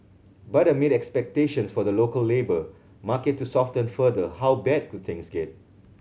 but amid expectations for the local labour market to soften further how bad could things get